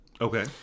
Okay